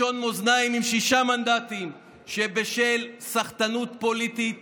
לשון מאזניים עם שישה מנדטים שבשל סחטנות פוליטית